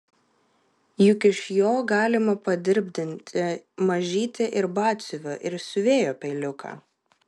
juk iš jo galima padirbdinti mažytį ir batsiuvio ir siuvėjo peiliuką